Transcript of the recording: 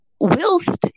whilst